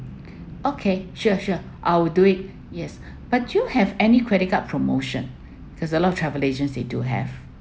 okay sure sure I'll do it yes but you have any credit card promotion that's a lot of travel agency they do have